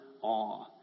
awe